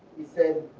he said,